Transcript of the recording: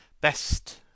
Best